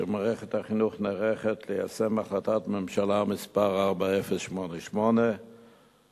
שמערכת החינוך נערכת ליישם החלטת ממשלה מס' 4088 אשר